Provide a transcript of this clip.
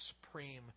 supreme